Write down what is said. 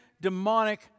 demonic